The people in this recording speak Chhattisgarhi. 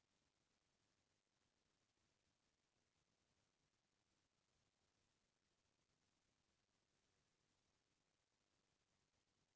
पहिली लोगन तीर मुबाइल अउ टेलीफोन के नइ राहत रिहिस तेन बेरा म पोस्ट ऑफिस के महत्ता अब्बड़ रिहिस